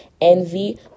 envy